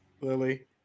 Lily